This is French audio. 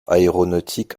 aéronautique